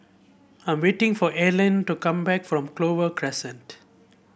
I'm waiting for Allene to come back from Clover Crescent